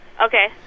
Okay